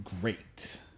great